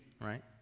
right